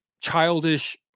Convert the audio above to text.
childish